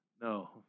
No